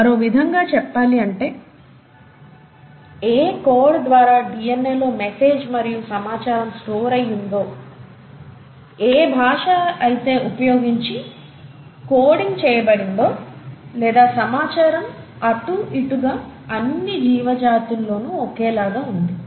మరో విధంగా చెప్పాలి అంటే ఏ కోడ్ ద్వారా DNA లో మెసేజ్ మరియు సమాచారం స్టోర్ అయ్యి ఉందో ఏ భాష అయితే ఉపయోగించి కోడింగ్ చేయబడిందో లేదా సమాచారం అటు ఇటు గా అన్ని జీవజాతుల్లోనూ ఒకేలాగా ఉంది